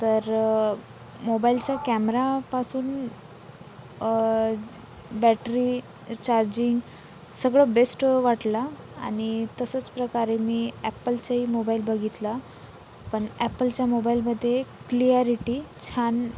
तर मोबाइलच्या कॅमरापासून बॅटरी चार्जिंग सगळं बेस्ट वाटलं आणि तसंच प्रकारे मी ॲपलचा ही मोबाइल बघितला पण ॲपलचा मोबाइलमध्ये क्लियारिटी छान